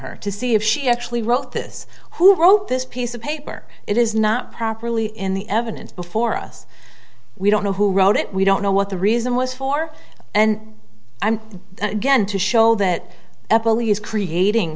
her to see if she actually wrote this who wrote this piece of paper it is not properly in the evidence before us we don't know who wrote it we don't know what the reason was for and i'm getting to show that is creating